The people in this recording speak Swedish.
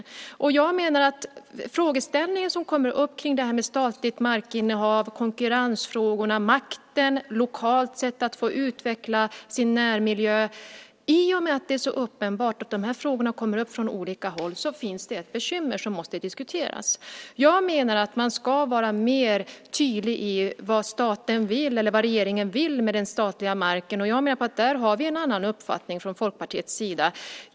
Eftersom det är uppenbart att frågeställningar kring statligt markinnehav - konkurrensfrågorna, makten, att lokalt få utveckla sin närmiljö - kommer upp från olika håll menar jag att det finns ett bekymmer som måste diskuteras. Jag menar att regeringen ska vara mer tydlig i vad man vill med den statliga marken. Där har vi en annan uppfattning från Folkpartiets sida.